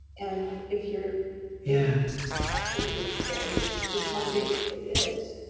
and if your yeah passion is stories, which mine basically is,